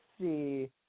see